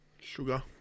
Sugar